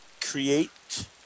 create